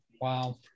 Wow